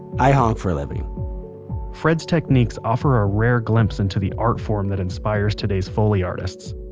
i honk for a living fred's techniques offer a rare glimpse into the artform that inspires today's foley artists.